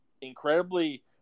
incredibly